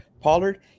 Pollard